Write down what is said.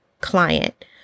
client